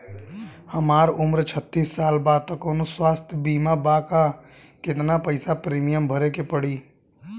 हमार उम्र छत्तिस साल बा त कौनों स्वास्थ्य बीमा बा का आ केतना पईसा प्रीमियम भरे के पड़ी?